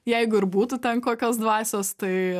jeigu ir būtų ten kokios dvasios tai